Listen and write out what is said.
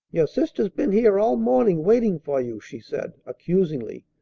your sister's been here all morning waiting for you! she said accusingly.